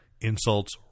insults